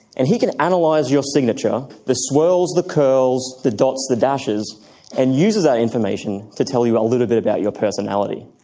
and he can and analyse your signature the swirls, the curls, the dots, the dashes and uses that information to tell you a little bit about your personality.